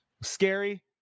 Scary